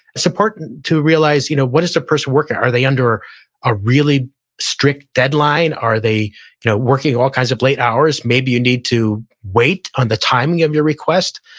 it's important to realize you know what is the person's work hour? are they under a really strict deadline? are they you know working all kinds of late hours? maybe you need to wait on the timing of your request.